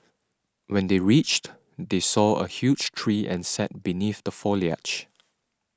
when they reached they saw a huge tree and sat beneath the foliage